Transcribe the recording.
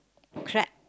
crab